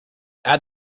add